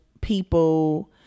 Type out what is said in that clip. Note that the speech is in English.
people